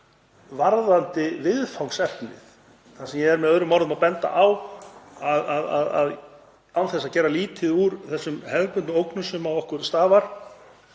varðandi viðfangsefnið. Það sem ég er með öðrum orðum að benda á, án þess að gera lítið úr þessum hefðbundnu ógnum sem að okkur steðja